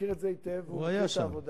הוא מכיר את זה היטב והוא עושה את העבודה.